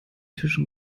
tischen